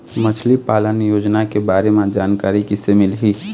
मछली पालन योजना के बारे म जानकारी किसे मिलही?